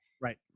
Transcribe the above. right